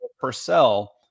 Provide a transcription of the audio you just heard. Purcell